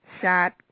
shot